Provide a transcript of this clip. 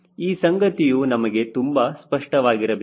ಈ ಸಂಗತಿಯು ನಮಗೆ ತುಂಬಾ ಸ್ಪಷ್ಟವಾಗಿರಬೇಕು